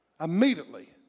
Immediately